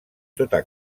tota